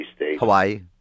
Hawaii